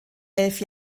elf